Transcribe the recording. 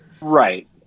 Right